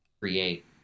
create